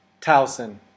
Towson